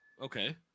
okay